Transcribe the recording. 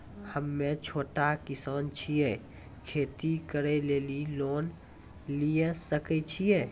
हम्मे छोटा किसान छियै, खेती करे लेली लोन लिये सकय छियै?